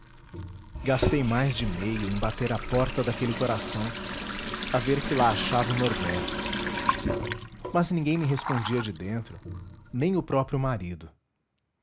gastei mais de meio em bater à porta daquele coração a ver se lá achava o norberto mas ninguém me respondia de dentro nem o próprio marido